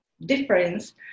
difference